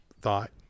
thought